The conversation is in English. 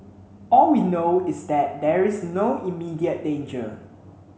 all we know is that there is no immediate danger